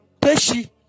Peshi